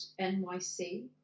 NYC